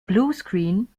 bluescreen